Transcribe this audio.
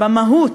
במהות,